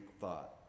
thought